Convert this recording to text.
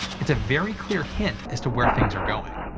it's a very clear hint as to where things are going.